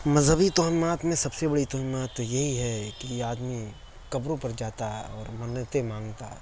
مذہبی تہمات میں سب سے بڑی تہمات تو یہی ہے کہ آدمی قبروں پر جاتا اور منتیں مانگتا